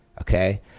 okay